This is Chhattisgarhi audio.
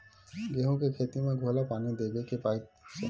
गेहूं के खेती म घोला पानी देबो के पाइप से?